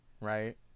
Right